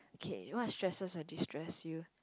okay what stresses or destress you